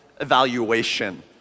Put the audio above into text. evaluation